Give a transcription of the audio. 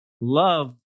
love